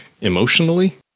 emotionally